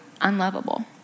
unlovable